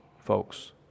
folks